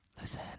listen